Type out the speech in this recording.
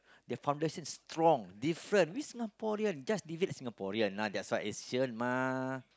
their foundation is strong different we Singaporean just leave it as Singaporean lah that's why Asian mah